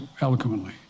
eloquently